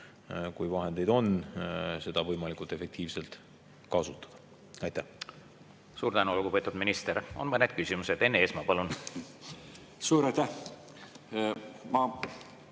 kui vahendeid on, seda raha võimalikult efektiivselt kasutada. Aitäh! Suur tänu, lugupeetud minister! On mõned küsimused. Enn Eesmaa, palun! Suur tänu,